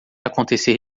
acontecer